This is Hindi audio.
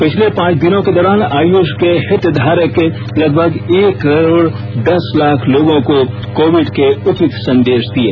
पिछले पांच दिनों के दौरान आयुष के हितधारक लगभग एक करोड़ दस लाख लोगों को कोविड के उचित संदेश दिये